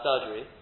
surgery